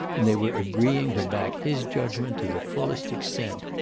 and they were agreeing to back his judgment to the fullest extent.